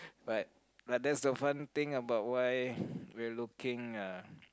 but but that's the fun thing about why we're looking uh